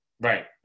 Right